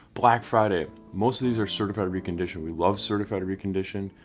black friday most of these are certified reconditioned. we love certified reconditioned.